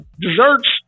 desserts